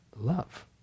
love